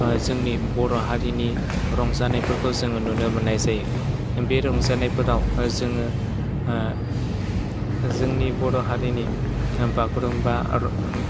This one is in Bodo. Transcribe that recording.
जोंनि बर' हारिनि रंजानायफोरखौ जोङो नुनो मोननाय जायो बे रंजानायफोराव जोङो जोंनि बर' हारिनि बागुरुमबा आरो